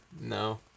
No